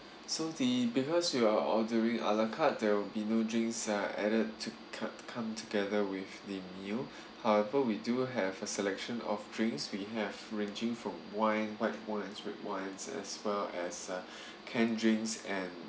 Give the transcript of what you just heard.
so the because you are ordering a la carte there will be no drinks are added to cart come together with the meal however we do have a selection of drinks we have ranging from wine white wines red wines as well as uh can drinks and